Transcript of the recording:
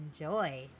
enjoy